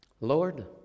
Lord